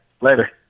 later